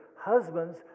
Husbands